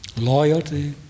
Loyalty